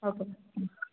okay ma'am ಹ್ಞೂ